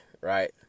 right